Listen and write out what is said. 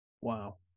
Wow